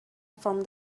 from